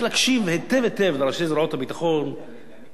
הביטחון ולמערכות האמריקניות והאירופיות.